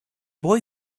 boy